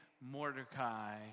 Mordecai